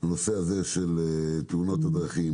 הנושא של תאונות הדרכים,